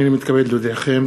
אני מתכבד להודיעכם,